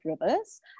Rivers